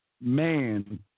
man